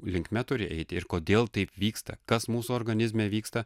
linkme turi eiti ir kodėl taip vyksta kas mūsų organizme vyksta